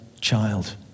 child